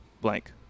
blank